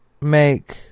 make